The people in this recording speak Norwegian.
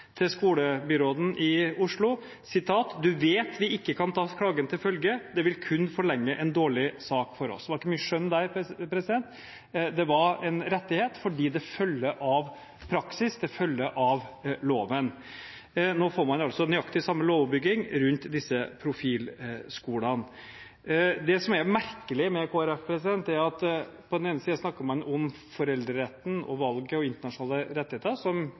til skolebyråden i Oslo: «du vet vi ikke kan ta klagen til følge. Det vil kun forlenge en dårlig sak for oss.» Det var ikke mye skjønn der. Det var en rettighet, fordi det følger av praksis, det følger av loven. Nå får man altså nøyaktig samme lovoppbygging rundt disse profilskolene. Det som er merkelig med Kristelig Folkeparti, er at på den ene siden snakker man om foreldreretten og valget og internasjonale rettigheter, som